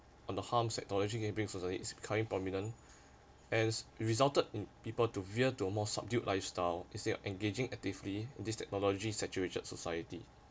on the harms that technology can bring to society is prominent as resulted in people to veer to a more subdued lifestyle instead of engaging actively this technology saturated society